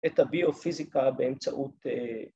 ‫את הביופיזיקה באמצעות...